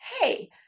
Hey